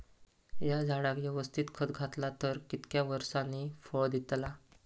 हया झाडाक यवस्तित खत घातला तर कितक्या वरसांनी फळा दीताला?